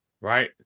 Right